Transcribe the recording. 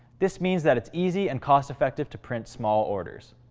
this means that it's easy and cost effective to print small orders.